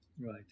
right